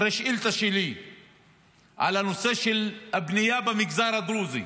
אחרי שאילתה שלי על הנושא של הבנייה במגזר הדרוזי,